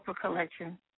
collection